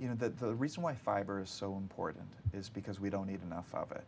you know that the reason why fiber so important is because we don't need enough of it